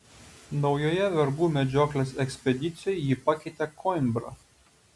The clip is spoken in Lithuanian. naujoje vergų medžioklės ekspedicijoje jį pakeitė koimbra